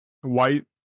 White